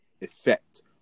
effect